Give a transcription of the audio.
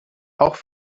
auch